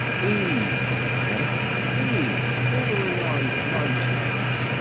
ease was the thing ease, bordering on nonchalance,